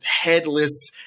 headless